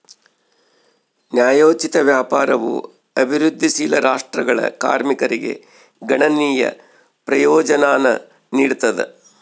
ನ್ಯಾಯೋಚಿತ ವ್ಯಾಪಾರವು ಅಭಿವೃದ್ಧಿಶೀಲ ರಾಷ್ಟ್ರಗಳ ಕಾರ್ಮಿಕರಿಗೆ ಗಣನೀಯ ಪ್ರಯೋಜನಾನ ನೀಡ್ತದ